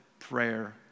Prayer